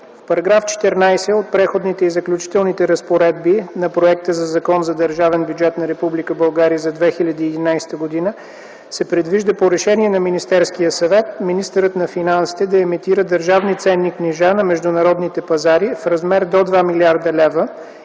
В § 14 от Преходните и заключителни разпоредби на проекта за Закон за държавен бюджет на Република България за 2011 г. се предвижда по решение на Министерския съвет министърът на финансите да емитира държавни ценни книжа на международните пазари в размер до 2 млрд. лв.